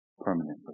Permanently